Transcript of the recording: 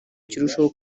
kirusheho